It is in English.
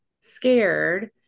scared